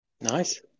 nice